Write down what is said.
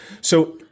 So-